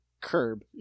curb